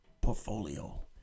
portfolio